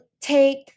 take